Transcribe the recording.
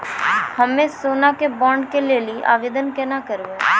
हम्मे सोना के बॉन्ड के लेली आवेदन केना करबै?